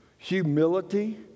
Humility